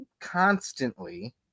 constantly